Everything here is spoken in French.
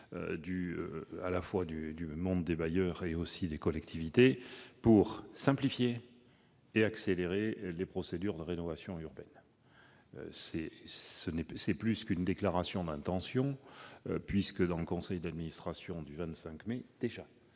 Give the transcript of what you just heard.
du monde des bailleurs et des collectivités, pour simplifier et accélérer les procédures de rénovation urbaine. C'est plus qu'une déclaration d'intention, puisque, au conseil d'administration du 25 mai, déjà,